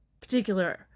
particular